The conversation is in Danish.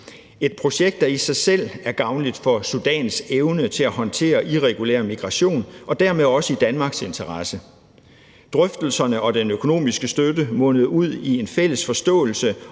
et projekt, der i sig selv er gavnligt for Sudans evne til at håndtere irregulær migration og dermed også i Danmarks interesse. Drøftelserne og den økonomiske støtte mundede ud i en fælles forståelse